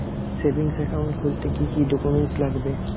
Savings account খুলতে কি কি ডকুমেন্টস লাগবে?